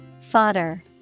Fodder